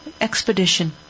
expedition